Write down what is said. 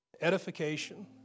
edification